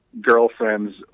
Girlfriends